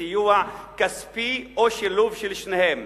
סיוע כספי או שילוב של שניהם,